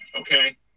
Okay